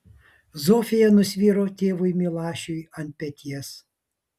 zofija nusviro tėvui milašiui ant peties